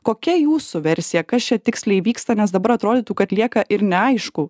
kokia jūsų versija kas čia tiksliai vyksta nes dabar atrodytų kad lieka ir neaišku